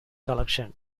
collection